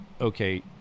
okay